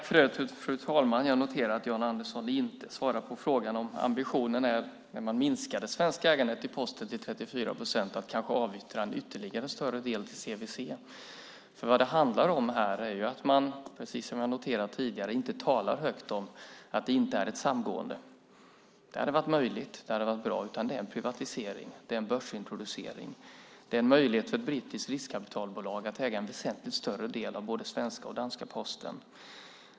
Fru talman! Jag noterar att Jan Andersson inte svarade på frågan om ambitionen när man minskar det svenska ägandet i Posten till 34 procent är att kanske avyttra ytterligare en större del till CVC. Vad det handlar om här är att man, precis som vi har noterat tidigare, inte talar högt om att det inte är ett samgående. Det hade varit möjligt, och det hade varit bra. Men det är en privatisering. Det är en börsintroducering. Det är en möjlighet för ett brittiskt riskkapitalbolag att äga en väsentligt större del av både svenska och danska Posten.